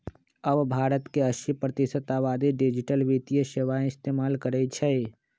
अब भारत के अस्सी प्रतिशत आबादी डिजिटल वित्तीय सेवाएं इस्तेमाल करई छई